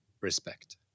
respect